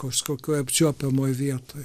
kažkokioj apčiuopiamoj vietoj